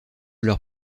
leurs